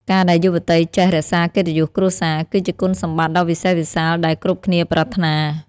ការដែលយុវតីចេះ "រក្សាកិត្តិយសគ្រួសារ" គឺជាគុណសម្បត្តិដ៏វិសេសវិសាលដែលគ្រប់គ្នាប្រាថ្នា។